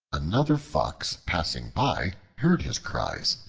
another fox passing by heard his cries,